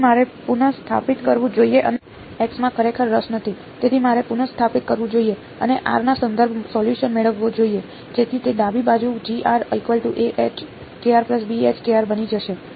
તેથી મારે પુનઃસ્થાપિત કરવું જોઈએ અને r ના સંદર્ભમાં સોલ્યુસન મેળવવો જોઈએ જેથી તે ડાબી બાજુ બની જશે